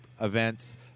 Events